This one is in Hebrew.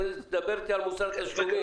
דבר איתי על מוסר התשלומים.